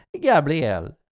Gabriel